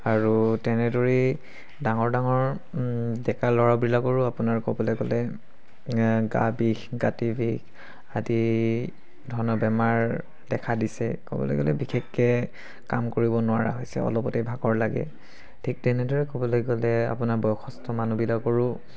আৰু তেনেদৰে ডাঙৰ ডাঙৰ ডেকা ল'ৰাবিলাকৰো আপোনাৰ ক'বলৈ গ'লে গা বিষ গাঁঠি বিষ আদি ধৰণৰ বেমাৰ দেখা দিছে ক'বলৈ গ'লে বিশেষকৈ কাম কৰিব নোৱাৰা হৈছে অলপতে ভাগৰ লাগে ঠিক তেনেদৰে ক'বলৈ গ'লে আপোনাৰ বয়সস্থ মানুহবিলাকৰো